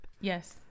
Yes